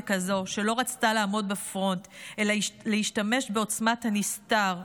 ככזו שלא רצתה לעמוד בפרונט אלא להשתמש בעוצמת הנסתר,